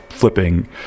flipping